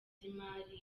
z’imari